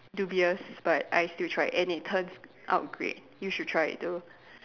dubious but I still tried and it turns out great you should try it too